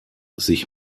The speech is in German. sich